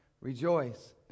Rejoice